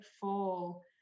fall